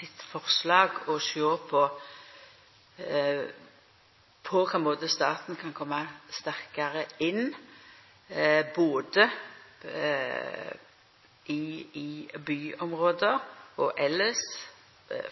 sitt forslag om å sjå på på kva måte staten kan koma sterkare inn, både i byområde og elles,